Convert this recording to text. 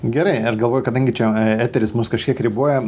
gerai aš galvoju kadangi čia eteris mus kažkiek riboja